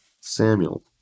samuel